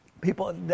People